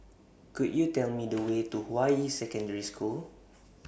Could YOU Tell Me The Way to Hua Yi Secondary School